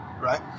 right